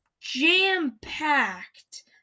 jam-packed